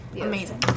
amazing